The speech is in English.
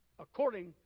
according